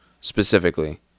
specifically